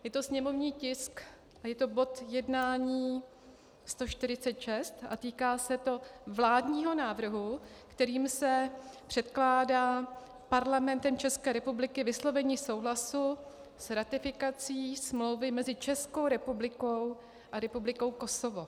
Je to sněmovní tisk, je to bod jednání 146 a týká se to vládního návrhu, kterým se předkládá Parlamentu České republiky vyslovení souhlasu s ratifikací smlouva mezi Českou republikou a republikou Kosovo.